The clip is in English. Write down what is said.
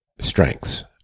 strengths